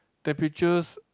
temperatures